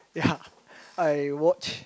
ya I watch